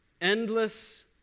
endless